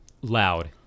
loud